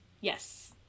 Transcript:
Yes